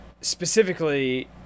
specifically